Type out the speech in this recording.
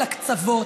לקצוות.